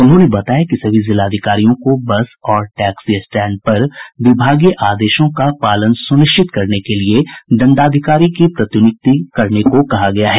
उन्होंने बताया कि सभी जिलाधिकारियों को बस और टैक्सी स्टैंडो पर विभागीय आदेशों का पालन सुनिश्चित करने के लिये दंडाधिकारी की प्रतिनियुक्ति करने को कहा गया है